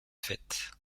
fête